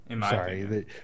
Sorry